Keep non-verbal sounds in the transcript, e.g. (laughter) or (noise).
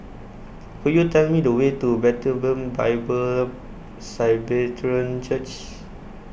(noise) Could YOU Tell Me The Way to Bethlehem Bible (unintelligible) Church